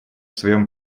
своем